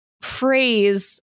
phrase